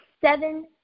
seven